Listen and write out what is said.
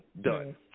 done